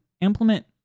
implement